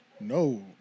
No